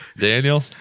Daniel